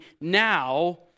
now